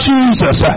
Jesus